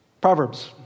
Proverbs